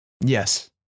Yes